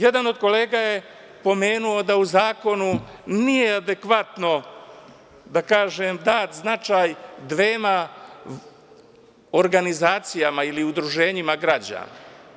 Jedan od kolega je pomenuo da u zakonu nije adekvatno, da kažem, dat značaj dvema organizacijama ili udruženjima građana.